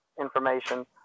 information